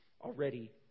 already